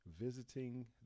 visiting